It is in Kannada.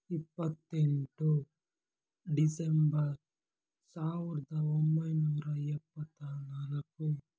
ಇಪ್ಪತ್ತೆಂಟು ಡಿಸೆಂಬರ್ ಸಾವಿರದ ಒಂಬೈನೂರ ಎಪ್ಪತ್ತ ನಾಲ್ಕು